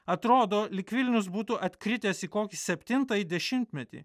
atrodo lyg vilnius būtų atkritęs į kokį septintąjį dešimtmetį